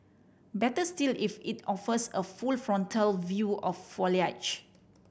better still if it offers a full frontal view of foliage